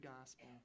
gospel